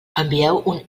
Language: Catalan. envieu